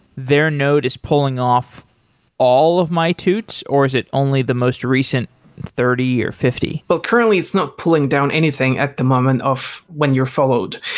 their node is pulling off all of my toots or is it only the most recent thirty or fifty? but currently it's not pulling down anything at the moment of when you're followed.